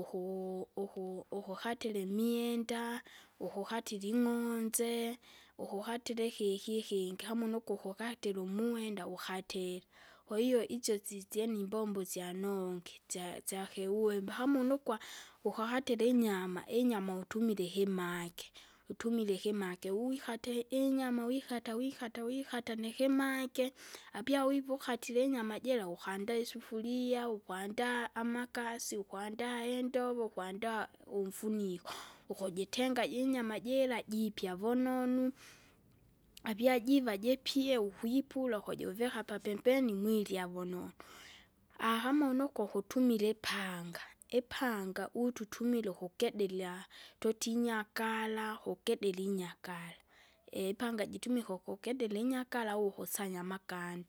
ukuu- uku- ukukatila imwenda, ukukatila ing'onze, ukukatila ikiki ikingi kama nukukwa ukatila umwenda ukatile, kwahiyo itsyo sisyene imbombo syanongi sya- syakiuwembe, kaa unukwa, ukakatira inyama, inyama umumila ikimagi. Utumila ikimagi uiwikate inyama wikata wikata wikata nikimagye, apyawivukatile inyama jira ukandaa isufuria, ukwandaa amakasi, ukwandaa indowo, ukwandaa umfuniko. Ukujitenga jinyama jira, jiipya vunonu, apya jiva pipie, ukwipula ukujuvika papembeni mwirya vunonu. kama unoko ukutumila ipanga, ipanga utu tumila ukukederya, tutinyakara, kukedera inyakara, panga jitumika ukukedera inyakara au ukusanya amakandi.